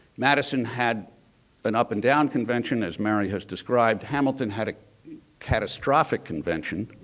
madison had an up and down convention as marry has described. hamilton had a catastrophic convention.